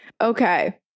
Okay